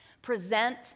Present